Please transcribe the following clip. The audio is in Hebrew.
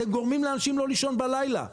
אתם גורמים לאנשים לא לישון בלילה.